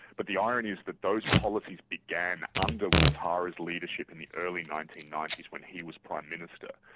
but the irony is that those policies began under ouattara's leadership in the early nineteen ninety s when he was prime minister.